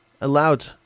allowed